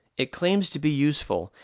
it claims to be useful,